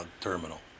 terminal